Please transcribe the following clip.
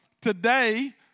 today